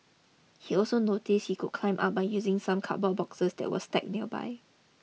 he also noticed he could climb up by using some cardboard boxes that were stacked nearby